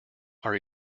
are